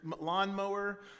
lawnmower